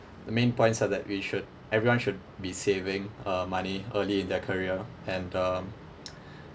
the main points are that we should everyone should be saving uh money early in their career and um